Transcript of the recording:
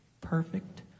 perfect